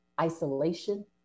isolation